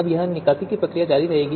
अब यह निकासी की प्रक्रिया जारी रहेगी